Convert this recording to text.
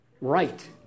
Right